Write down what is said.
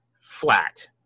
flat